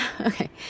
Okay